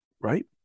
right